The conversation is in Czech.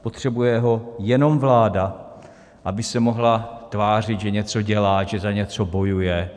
Potřebuje ho už jenom vláda, aby se mohla tvářit, že něco dělá, že za něco bojuje.